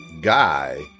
guy